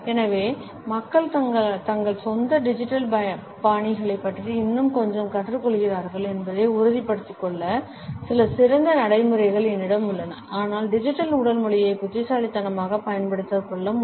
எனவே மக்கள் தங்கள் சொந்த டிஜிட்டல் பாணிகளைப் பற்றி இன்னும் கொஞ்சம் கற்றுக்கொள்கிறார்கள் என்பதை உறுதிப்படுத்திக்கொள்ள சில சிறந்த நடைமுறைகள் என்னிடம் உள்ளன ஆனால் டிஜிட்டல் உடல் மொழியை புத்திசாலித்தனமாக பயன்படுத்துகின்றன